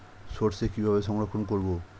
সরষে কিভাবে সংরক্ষণ করব?